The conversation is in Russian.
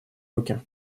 руки